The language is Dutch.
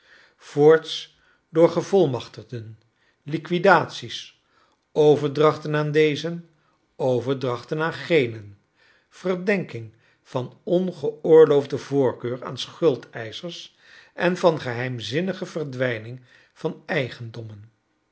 voorts door gevolmachtigden liquidaties overdrachten aan dezen overdrachten aan genen verdenking van ongeoorloofde voorkeur aan schuldcisehers en van geheimzinnige verdwijnjng van eigondommen